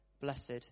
blessed